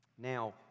Now